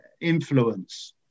influence